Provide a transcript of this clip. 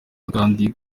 akandi